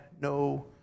no